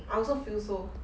I also feel so